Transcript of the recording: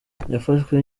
yafashwe